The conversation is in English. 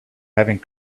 having